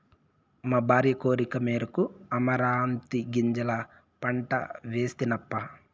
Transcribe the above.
మా భార్య కోరికమేరకు అమరాంతీ గింజల పంట వేస్తినప్పా